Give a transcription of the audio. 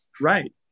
Right